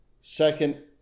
Second